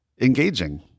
engaging